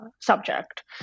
subject